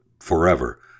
forever